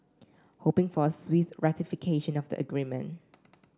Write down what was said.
hoping for a swift ratification of the agreement